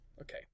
Okay